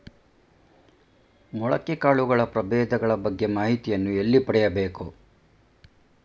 ಮೊಳಕೆ ಕಾಳುಗಳ ಪ್ರಭೇದಗಳ ಬಗ್ಗೆ ಮಾಹಿತಿಯನ್ನು ಎಲ್ಲಿ ಪಡೆಯಬೇಕು?